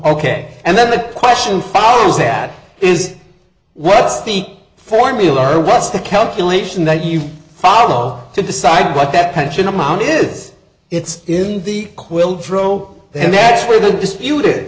ok and then the question follows that is what's the formula or what's the calculation that you follow to decide what that pension amount is it's in the quilt fro the next where the disputed